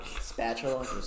Spatula